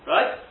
Right